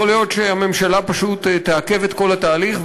יכול להיות שהממשלה פשוט תעכב את כל התהליך,